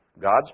God's